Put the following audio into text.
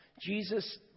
Jesus